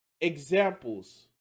examples